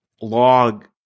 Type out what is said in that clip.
log